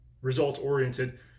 results-oriented